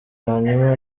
hanyuma